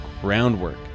groundwork